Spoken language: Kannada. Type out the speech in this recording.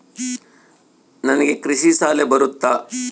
ನನಗೆ ಕೃಷಿ ಸಾಲ ಬರುತ್ತಾ?